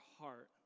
heart